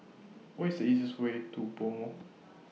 Where IS The easiest Way to Pomo